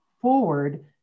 forward